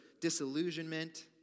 disillusionment